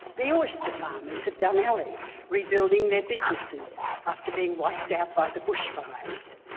the oyster farmers of dunalley rebuilding their businesses after being wiped out by the bushfires.